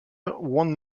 one